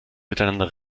miteinander